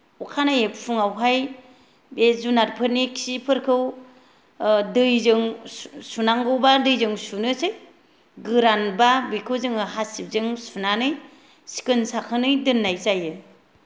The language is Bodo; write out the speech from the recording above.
अखानायै फुंआवहाय बे जुनारफोरनि खिफोरखौ ओ दैजों सुनांगौबा दैजों सुनोसै गोरान बा बेखौ जोङो हासिबजों सुनानै सिखोन साखोनै दोन्नाय जायो